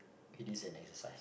P this and exercise